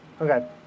okay